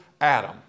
Adam